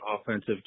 offensive